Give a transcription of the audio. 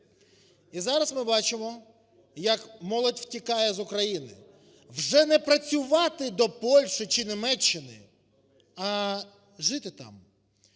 І зараз ми бачимо, як молодь втікає з України. Вже не працювати до Польщі чи Німеччини, а жити там.